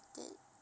it